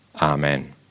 Amen